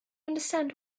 understand